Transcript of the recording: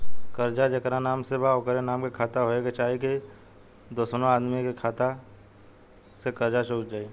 कर्जा जेकरा नाम से बा ओकरे नाम के खाता होए के चाही की दोस्रो आदमी के खाता से कर्जा चुक जाइ?